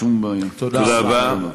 אין שום בעיה, תודה רבה.